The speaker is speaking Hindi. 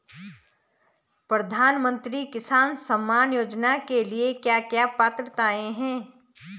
प्रधानमंत्री किसान सम्मान योजना के लिए क्या क्या पात्रताऐं हैं?